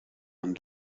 und